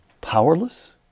powerless